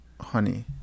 honey